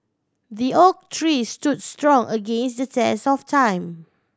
the oak tree stood strong against the test of time